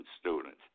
students